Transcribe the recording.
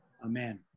Amen